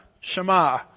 Shema